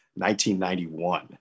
1991